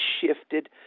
shifted